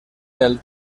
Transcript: del